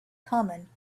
common